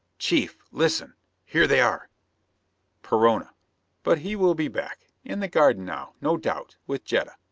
chief, listen here they are perona but he will be back. in the garden now, no doubt, with jetta.